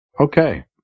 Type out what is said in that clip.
Okay